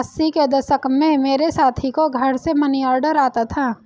अस्सी के दशक में मेरे साथी को घर से मनीऑर्डर आता था